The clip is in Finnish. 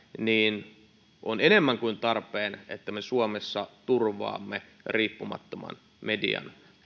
niin on enemmän kuin tarpeen että me suomessa turvaamme riippumattoman median